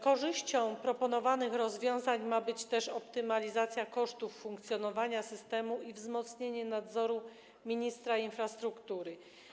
Korzyścią z proponowanych rozwiązań ma być też optymalizacja kosztów funkcjonowania systemu i wzmocnienie nadzoru ministra infrastruktury.